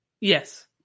Yes